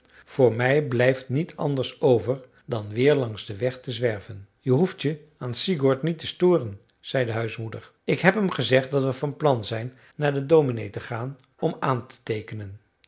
voor mij blijft niet anders over dan weer langs den weg te zwerven je hoeft je aan sigurd niet te storen zei de huismoeder ik heb hem gezegd dat we van plan zijn naar den dominé te gaan om aan te teekenen